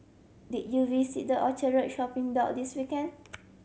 did you visit the Orchard Road shopping this weekend